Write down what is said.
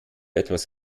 etwas